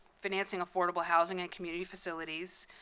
financing affordable housing and community facilities,